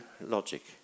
logic